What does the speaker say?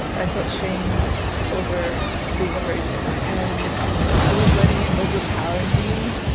i felt shame over being a virgin and i was letting it overpower me.